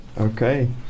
Okay